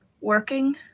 working